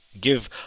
give